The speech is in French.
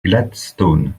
gladstone